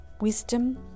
wisdom